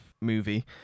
movie